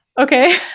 okay